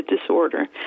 disorder